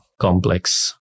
complex